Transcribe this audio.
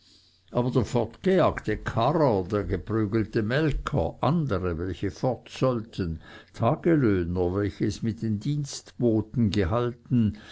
aber der fortgejagte karrer der geprügelte melker andere welche fort sollten tagelöhner welche es mit den dienstboten gehalten